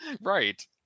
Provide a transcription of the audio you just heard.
Right